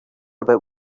about